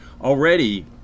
Already